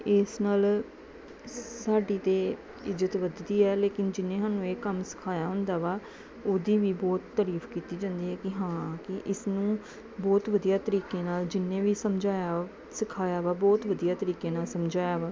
ਇਸ ਨਾਲ ਸਾਡੀ ਤਾਂ ਇੱਜ਼ਤ ਵਧਦੀ ਹੈ ਲੇਕਿਨ ਜਿਹਨੇ ਸਾਨੂੰ ਇਹ ਕੰਮ ਸਿਖਾਇਆ ਹੁੰਦਾ ਵਾ ਉਹਦੀ ਵੀ ਬਹੁਤ ਤਾਰੀਫ ਕੀਤੀ ਜਾਂਦੀ ਹੈ ਕਿ ਹਾਂ ਕਿ ਇਸਨੂੰ ਬਹੁਤ ਵਧੀਆ ਤਰੀਕੇ ਨਾਲ ਜਿਹਨੇ ਵੀ ਸਮਝਾਇਆ ਸਿਖਾਇਆ ਵਾ ਬਹੁਤ ਵਧੀਆ ਤਰੀਕੇ ਨਾਲ ਸਮਝਾਇਆ ਵਾ